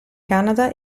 canada